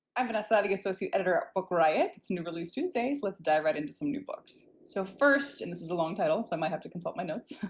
i'm vanessa, the associate editor at book riot. it's new release tuesday so let's dive right into some new books. so first, and this is a long title so i might have to consult my notes,